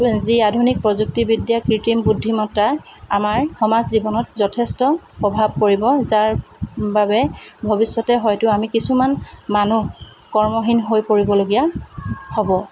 যি আধুনিক প্ৰযুক্তি বিদ্যা কৃতিম বুদ্ধিমত্তা আমাৰ সমাজ জীৱনত যথেষ্ট প্ৰভাৱ পৰিব যাৰ বাবে ভৱিষ্যতে হয়তো আমি কিছুমান মানুহ কৰ্মহীন হৈ পৰিবলগীয়া হ'ব